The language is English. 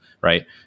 right